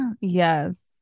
yes